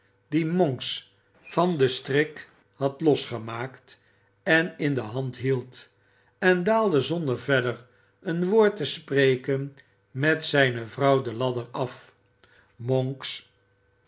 die monks van den strik had losgemaakt en in de hand hield en daalde zonder verder een woord te spreken met zijne vrouw de ladder af monks